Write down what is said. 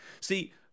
See